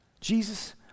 Jesus